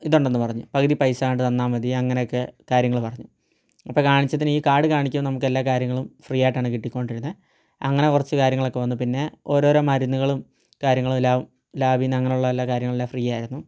ഇതുണ്ടെന്ന് പറഞ്ഞ പകുതി പൈസ ആണ്ട് തന്നാൽ മതി അങ്ങനെയൊക്കെ കാര്യങ്ങൾ പറഞ്ഞു അപ്പോൾ കാണിച്ചതിന് ഈ കാർഡ് കാണിക്കുക നമുക്ക് എല്ലാ കാര്യങ്ങളും ഫ്രീയായിട്ടാണ് കിട്ടികൊണ്ടിരുന്നത് അങ്ങനെ കുറച്ച് കാര്യങ്ങളൊക്കെ വന്നു പിന്നെ ഓരോരോ മരുന്നുകളും കാര്യങ്ങളും എല്ലാം ലാബീന്ന് അങ്ങനെയുള്ള എല്ലാ കാര്യങ്ങളെല്ലാം ഫ്രീയായിരുന്നു